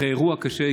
אחרי אירוע קשה,